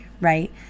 right